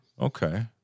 Okay